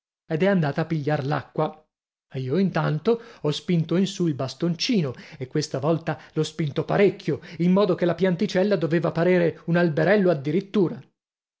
ed è andata a pigliar l'acqua io intanto ho spinto in su il bastoncino e questa volta l'ho spinto parecchio in modo che la pianticella doveva parere un alberello addirittura